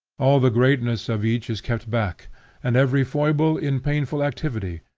all the greatness of each is kept back and every foible in painful activity,